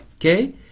okay